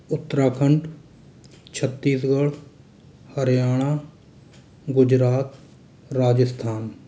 Uttarakhand Chhattisgarh Haryana Gujarat Rajasthan